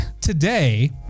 Today